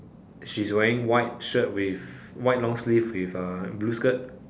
she's wearing white shirt with white long sleeve with uh blue skirt